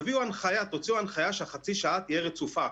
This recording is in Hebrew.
תוציאו הנחיה שחצי השעה תהיה רצופה,